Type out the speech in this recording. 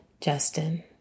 Justin